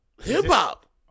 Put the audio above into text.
Hip-hop